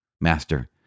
Master